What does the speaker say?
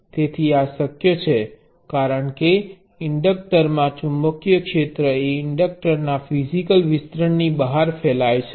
તેથી આ શક્ય છે કારણ કે ઈન્ડકટરમાં ચુંબકીય ક્ષેત્ર એ ઇન્ડક્ટરના ફિઝીકલ વિસ્તરણની બહાર ફેલાય છે